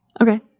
Okay